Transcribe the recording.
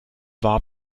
war